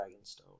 Dragonstone